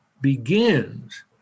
begins